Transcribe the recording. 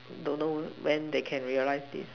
don't know when they can realize this